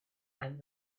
and